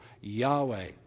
Yahweh